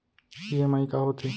EMI का होथे?